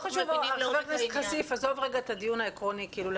אני לא מסכים שהמדינה צריכה להרחיק מעצמה את החלוקה הזאת.